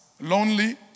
Lonely